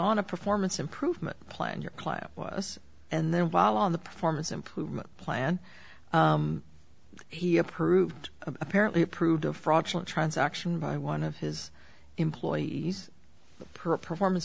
on a performance improvement plan your clap was and then valon the performance improvement plan he approved of apparently approved a fraudulent transaction by one of his employees per performance